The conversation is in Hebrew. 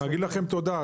להגיד לכם תודה.